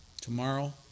tomorrow